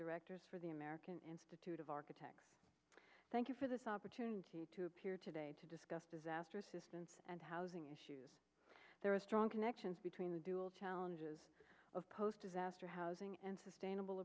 directors for the american institute of architects thank you for this opportunity to appear today to discuss disaster assistance and housing issues there are strong connections between the dual challenges of post disaster housing and sustainable